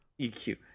EQ